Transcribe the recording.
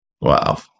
Wow